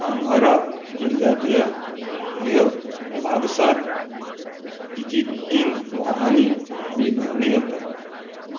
कांघारा जिल्ल्यांतल्या रिह लागसार तिची तीन व्हाळांनी विभागणी जाता